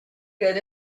good